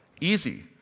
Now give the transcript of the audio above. Easy